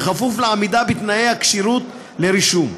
כפוף לעמידה בתנאי הכשירות לרישום.